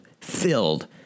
filled